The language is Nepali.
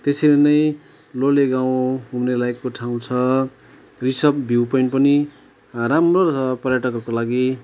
त्यसरी नै लोले गाउँ घुम्नलायकको ठाउँ छ रिसभ भ्यू पोइन्ट पनि राम्रो छ पर्यटकहरूको लागि